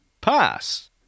pass